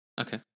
okay